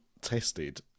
tested